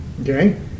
Okay